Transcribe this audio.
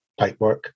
pipework